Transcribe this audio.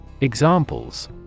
Examples